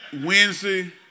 Wednesday